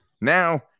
now